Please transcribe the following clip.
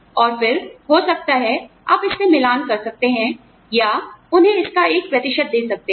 और फिर हो सकता है आप इससे मिलान कर सकते हैं या उन्हें इसका एक प्रतिशत दे सकते हैं